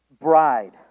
bride